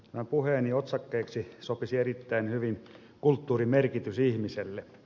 tämän puheeni otsakkeeksi sopisi erittäin hyvin kulttuurin merkitys ihmiselle